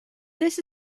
this